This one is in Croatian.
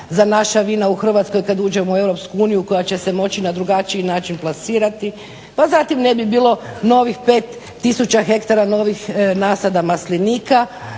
za naša vina u Hrvatskoj kad uđemo u EU koja će se moći na drugačiji način plasirati. Pa zatim ne bi bilo novih 5 000 ha novih nasada maslinika,